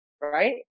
right